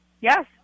Yes